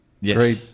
Yes